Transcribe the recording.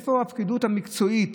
איפה הפקידות המקצועית,